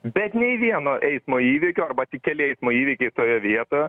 bet nei vieno eismo įvykio arba tik keli eismo įvykiai toje vietoje